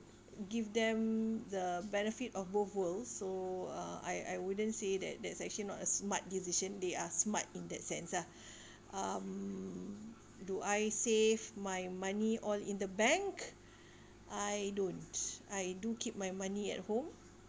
give them the benefit of both worlds so uh I I wouldn't say that that's actually not a smart decision they are smart in that sense ah um do I save my money all in the bank I don't I do keep my money at home